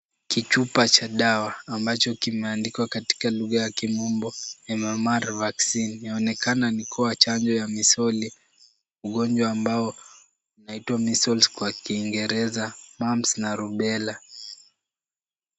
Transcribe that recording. Kichupa cha dawa, ambacho kimeandikwa kwa lugha ya kimombo MMR Vaccine . Inaonekana kuwa chanjo ya misuli, ugonjwa ambao unaitwa Measles kwa Kiingereza, Mumps na Rubella .